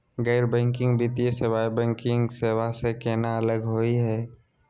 गैर बैंकिंग वित्तीय सेवाएं, बैंकिंग सेवा स केना अलग होई हे?